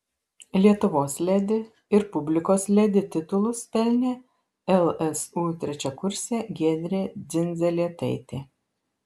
lietuvos ledi ir publikos ledi titulus pelnė lsu trečiakursė giedrė dzindzelėtaitė